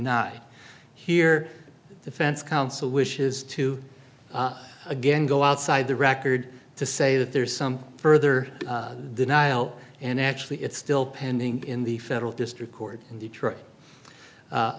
not hear defense counsel wishes to again go outside the record to say that there is some further denial and actually it's still pending in the federal district court in detroit